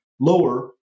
lower